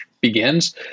begins